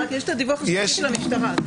יש את הדיווח השנתי של המשטרה,